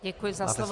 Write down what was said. Děkuji za slovo.